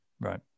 Right